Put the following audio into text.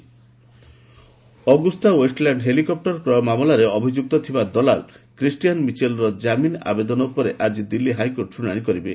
ଭିଭିଆଇ chopper Agusta Westland helicopter କ୍ରୟ ମାମଲାରେ ଅଭିଯୁକ୍ତ ଥିବା ଦଲାଲ କ୍ରିଷ୍ଟିଆନ୍ ମିଚେଲ ର ଜାମିନ ଆବେଦନ ଉପରେ ଆଜି ଦିଲ୍ଲୀ ହାଇକୋର୍ଟ ଶୁଣାଣି କରିବେ